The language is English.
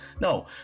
No